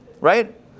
right